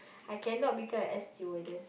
I cannot become a air stewardess